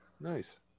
Nice